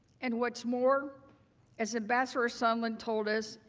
and what's more as ambassador sondland told us,